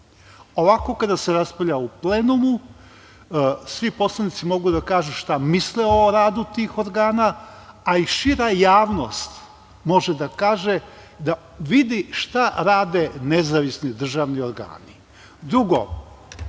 Ovako kada se raspravlja u plenumu, svi poslanici mogu da kažu šta misle o radu tih organa, a i šira javnost može da vidi šta rade nezavisni državni organi. Drugo,